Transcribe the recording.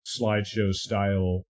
slideshow-style